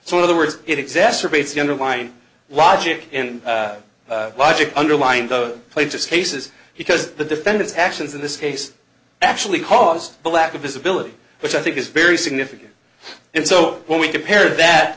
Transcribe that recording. so in other words it exacerbates the underline logic and logic underlined the plaintiff's cases because the defendant's actions in this case actually caused the lack of visibility which i think is very significant and so when we compare that